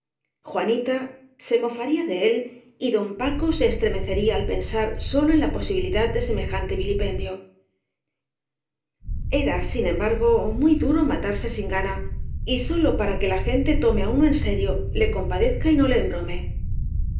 juanita se mofaría de k él y don paco se estremecía al pensar sólo en la posibilidad de semejante vilipendio era sin embargo muy duro matarse sin gana y sólo para que la gente tome á uno en serio le compadezca y no le embrome